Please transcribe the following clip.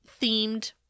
themed